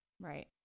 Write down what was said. Right